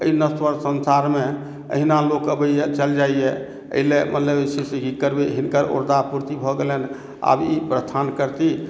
एहि नश्वर संसारमे एहिना लोक अबैए चलि जाइए एहिलेल मतलब जे छै से की करबै हिनकर औरदा पूर्ति भऽ गेलनि हेँ आब ई प्रस्थान करतीह